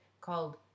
called